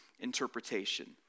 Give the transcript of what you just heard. interpretation